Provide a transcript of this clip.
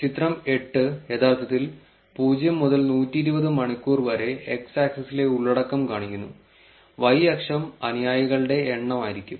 ചിത്രം 8 യഥാർത്ഥത്തിൽ 0 മുതൽ 120 മണിക്കൂർ വരെ x ആക്സിസിലെ ഉള്ളടക്കം കാണിക്കുന്നു y അക്ഷം അനുയായികളുടെ എണ്ണമായിരിക്കും